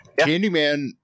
Candyman